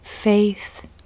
faith